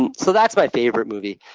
and so that's my favorite movie.